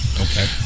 Okay